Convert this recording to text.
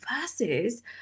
versus